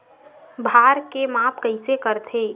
भार के माप कइसे करथे?